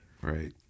right